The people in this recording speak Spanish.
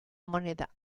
moneda